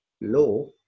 law